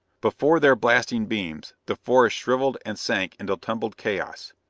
before their blasting beams the forest shriveled and sank into tumbled chaos.